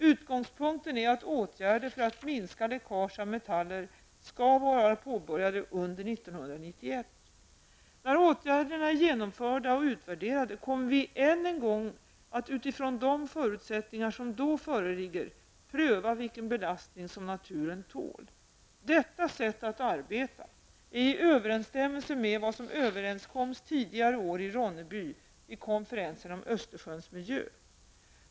Utgångspunkten är att åtgärder för att minska läckaget av metaller skall vara påbörjade under När åtgärderna är genomförda och utvärderade kommer vi än en gång att utifrån de förutsättningar som då föreligger pröva vilken belastning naturen tål. Detta sätt att arbeta är i överensstämmelse med vad som överenskoms tidigare i år i Ronneby vid konferensen om Östersjöns miljö.